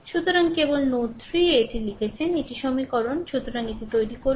সুতরাং কেবল নোড 3 এ এটি লিখেছেন এটি সমীকরণ সুতরাং এটি তৈরি করুন